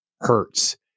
hurts